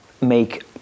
make